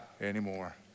anymore